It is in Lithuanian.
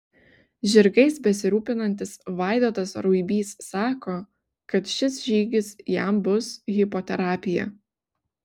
žirgais besirūpinantis vaidotas ruibys sako kad šis žygis jam bus hipoterapija